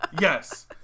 Yes